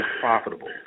profitable